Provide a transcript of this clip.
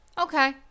Okay